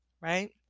Right